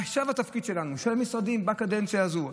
עכשיו זה התפקיד שלנו, של המשרדים, בקדנציה הזאת.